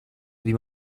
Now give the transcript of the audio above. wie